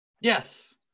yes